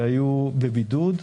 שהיו בבידוד.